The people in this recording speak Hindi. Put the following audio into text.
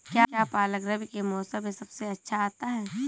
क्या पालक रबी के मौसम में सबसे अच्छा आता है?